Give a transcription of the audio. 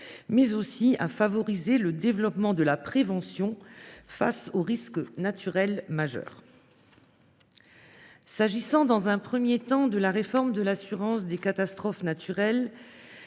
mais aussi à favoriser le développement de la prévention face aux risques naturels majeurs. Concernant la réforme de l’assurance des catastrophes naturelles,